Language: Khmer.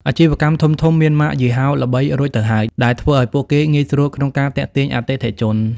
អាជីវកម្មធំៗមានម៉ាកយីហោល្បីរួចទៅហើយ ដែលធ្វើឱ្យពួកគេងាយស្រួលក្នុងការទាក់ទាញអតិថិជន។